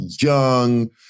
young